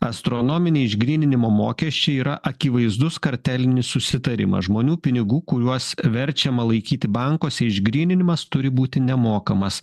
astronominiai išgryninimo mokesčiai yra akivaizdus kartelinis susitarimas žmonių pinigų kuriuos verčiama laikyti bankuose išgryninimas turi būti nemokamas